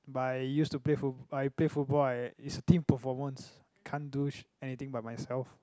but I used to play foot I play football I it's a team performance I can't do shit anything by myself